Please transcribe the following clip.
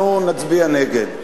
אנחנו נצביע נגד.